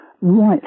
right